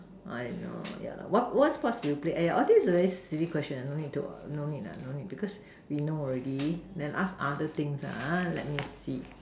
I know ya lah what what sports do you play !aiya! all this is a very silly question no need to no need lah no need because we know already then ask other things lah okay let me see